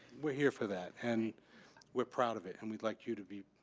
we're here for that and we're proud of it and we'd like you to be,